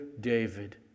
David